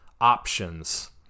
options